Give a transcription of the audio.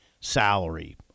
salary